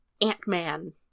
ant-man